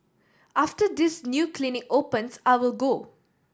after this new clinic opens I will go